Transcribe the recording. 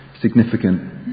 significant